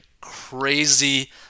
crazy